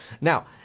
Now